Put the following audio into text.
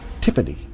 Tiffany